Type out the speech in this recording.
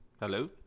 Hello